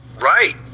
right